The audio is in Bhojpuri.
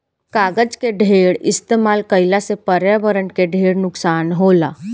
कागज के ढेर इस्तमाल कईला से पर्यावरण के ढेर नुकसान होला